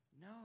no